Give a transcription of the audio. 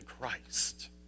Christ